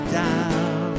down